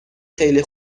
خیلی